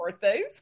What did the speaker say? birthdays